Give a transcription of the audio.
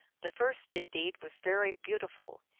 the first, indeed, was very beautiful,